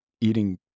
eating